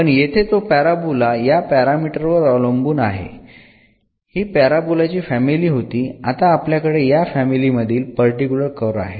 पण येथे तो पॅराबोला या पॅरामीटर वर अवलंबून आहे हि पॅराबोला ची फॅमिली होती आता आपल्याकडे या फॅमिली मधील पर्टिकुलर कर्व आहे